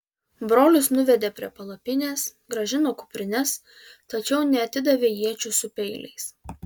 brolius nuvedė prie palapinės grąžino kuprines tačiau neatidavė iečių su peiliais